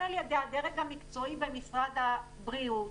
על ידי הדרג המקצועי במשרד הבריאות,